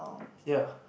ya